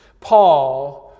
Paul